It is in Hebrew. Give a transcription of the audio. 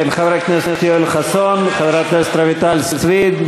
כן: חבר הכנסת יואל חסון, חברת הכנסת רויטל סויד,